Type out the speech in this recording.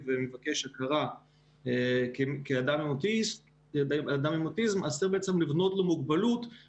היו כאלה למשל בציבור הנכים שחשבו שצריך להיות one stop shop